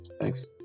thanks